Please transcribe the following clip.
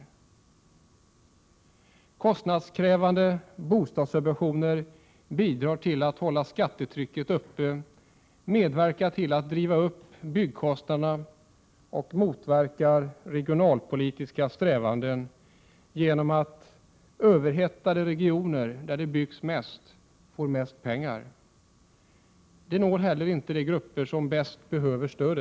Oo Kostnadskrävande bostadssubventioner bidrar till att hålla skattetrycket uppe, medverkar till att driva upp byggkostnaderna och motverkar regionalpolitiska strävanden genom att överhettade regioner där det byggs mest får mest pengar. De når heller inte de grupper som bäst behöver stöd.